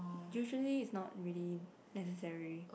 usually it's not really necessary